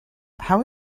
how